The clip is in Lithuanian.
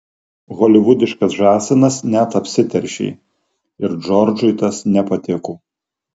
holivudiškas žąsinas net apsiteršė ir džordžui tas nepatiko